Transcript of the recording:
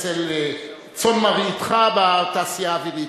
אצל צאן מרעיתך בתעשייה האווירית,